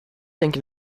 denke